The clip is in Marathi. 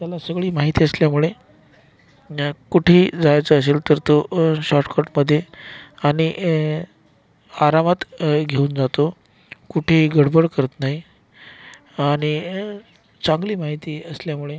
त्याला सगळी माहिती असल्यामुळे नं कुठेही जायचं असेल तर तो शॉटकटमध्ये आणि ए आरामात घेऊन जातो कुठेही गडबड करत नाही आणि चांगली माहिती असल्यामुळे